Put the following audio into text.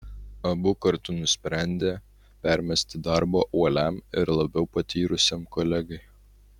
abu kartu nusprendė permesti darbą uoliam ir labiau patyrusiam kolegai